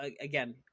again